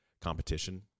competition